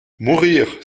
mourir